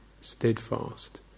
steadfast